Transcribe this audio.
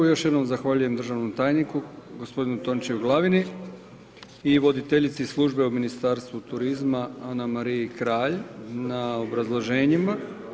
Još jednom zahvaljujem državnom tajniku, gospodinu Tončiju Glavini i voditeljici službe u Ministarstvu turizma Anamariji Kralj na obrazloženjima.